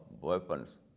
weapons